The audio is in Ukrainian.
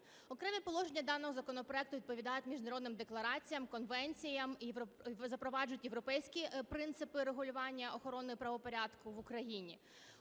Окремі положення даного законопроекту відповідають міжнародним деклараціям, конвенціям і запроваджують європейські принципи регулювання охорони правопорядку в Україні.